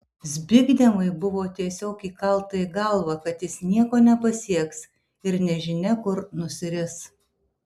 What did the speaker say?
zbignevui buvo tiesiog įkalta į galvą kad jis nieko nepasieks ir nežinia kur nusiris